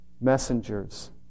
messengers